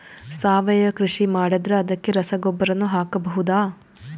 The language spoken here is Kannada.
ಸಾವಯವ ಕೃಷಿ ಮಾಡದ್ರ ಅದಕ್ಕೆ ರಸಗೊಬ್ಬರನು ಹಾಕಬಹುದಾ?